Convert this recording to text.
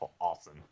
awesome